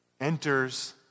enters